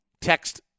Text